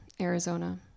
Arizona